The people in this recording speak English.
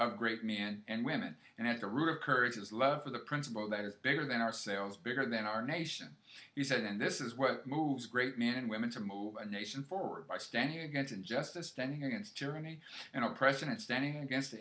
of great me and women and at the root of courage is love for the principle that is bigger than our sales bigger than our nation he said and this is what moves great man and women to move a nation forward by standing against injustice stand here against tyranny and oppression and standing against the